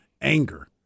anger